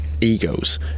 egos